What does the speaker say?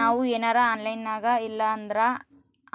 ನಾವು ಏನರ ಆನ್ಲೈನಿನಾಗಇಲ್ಲಂದ್ರ